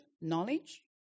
knowledge